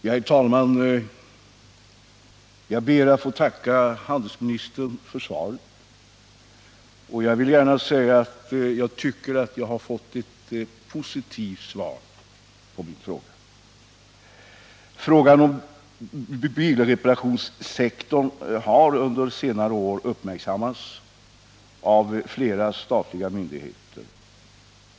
Herr talman! Jag ber att få tacka handelsministern för svaret, och jag vill samtidigt gärna säga att jag tycker att jag fått ett positivt svar på min fråga. Frågan om bilreparationssektorn har under senare år uppmärksammats av flerå statliga myndigheter.